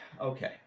okay